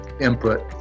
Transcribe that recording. input